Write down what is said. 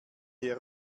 her